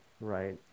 right